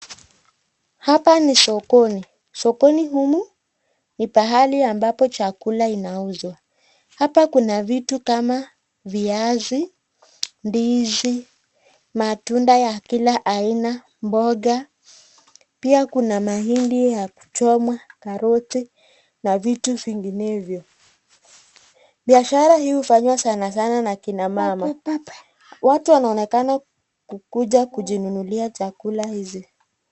Hapa ni sokoni. Sokoni humu ni pahali ambapo chakula inauzwa. Hapa kuna vitu kama viazi, ndizi, matunda ya kila aina, mboga pia kuna mahindi ya kuchomwa karoti na vitu vinginevyo. Biashara huu hufanywa sana sana na kina mama . watu huonekana kukuja kujinunulia chakula hizi.